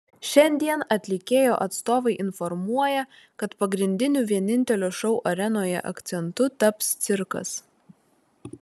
šiandien atlikėjo atstovai informuoja kad pagrindiniu vienintelio šou arenoje akcentu taps cirkas